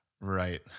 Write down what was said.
Right